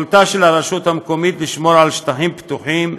יכולתה של הרשות המקומית לשמור על שטחים פתוחים,